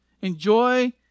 Enjoy